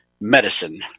medicine